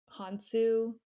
Hansu